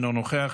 אינו נוכח,